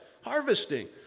Harvesting